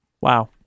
Wow